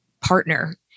partner